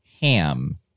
ham